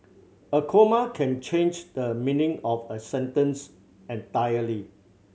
a comma can change the meaning of a sentence entirely